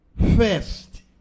first